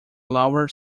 lower